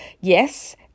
Yes